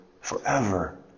forever